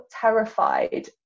terrified